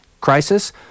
crisis